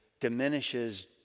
diminishes